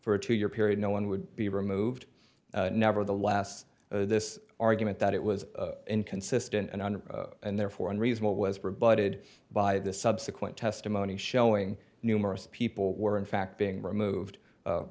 for a two year period no one would be removed nevertheless this argument that it was inconsistent and under and therefore unreasonable was provided by the subsequent testimony showing numerous people were in fact being removed